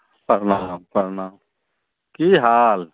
प्रणाम प्रणाम की हाल